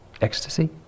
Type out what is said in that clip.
ecstasy